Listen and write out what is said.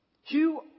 Hugh